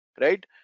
right